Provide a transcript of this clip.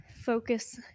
focus